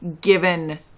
given